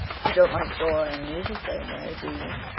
you don't like dora and me the same way, do you?